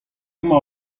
emañ